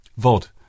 Vod